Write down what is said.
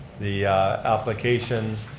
the application,